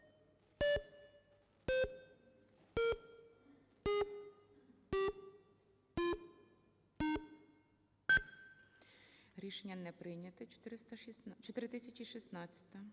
Рішення не прийнято. 4016-а.